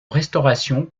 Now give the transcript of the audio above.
restauration